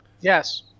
Yes